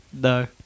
No